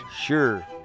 Sure